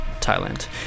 Thailand